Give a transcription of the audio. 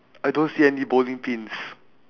I don't see any bowling pins